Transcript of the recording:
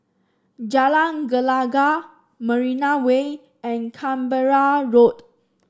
Jalan Gelegar Marina Way and Canberra Road